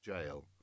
Jail